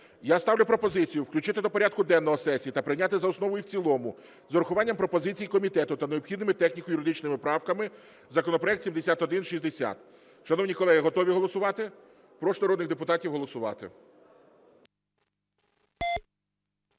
Я ставлю пропозицію включити до порядку денного сесії та прийняти за основу і в цілому з врахуванням пропозицій комітету та необхідними техніко-юридичними правками законопроект 7160. Шановні колеги, готові голосувати? Прошу народних депутатів голосувати.